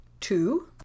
two